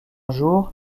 jour